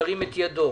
ירים את ידו.